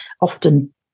often